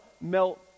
melt